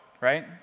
right